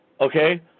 okay